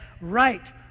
right